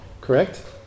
correct